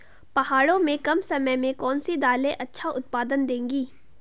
पहाड़ों में कम समय में कौन सी दालें अच्छा उत्पादन देंगी?